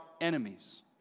enemies